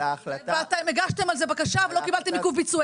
אתם הגשתם על זה בקשה ולא קיבלתם עיכוב ביצוע.